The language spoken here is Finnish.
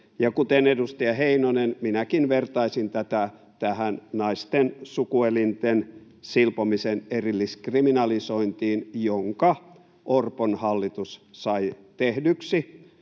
Kuten edustaja Heinonen, minäkin vertaisin tätä tähän naisten sukuelinten silpomisen erilliskriminalisointiin, jonka Orpon hallitus sai tehdyksi